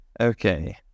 okay